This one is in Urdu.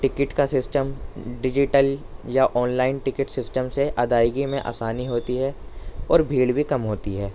ٹکٹ کا سسٹم ڈیجیٹل یا آنلائن ٹکٹ سسٹم سے ادائیگی میں آسانی ہوتی ہے اور بھیڑ بھی کم ہوتی ہے